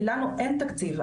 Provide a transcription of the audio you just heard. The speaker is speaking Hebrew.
כי לנו אין תקציב.